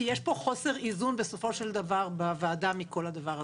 כי יש פה חוסר איזון בסופו של דבר בוועדה מכל הדבר הזה.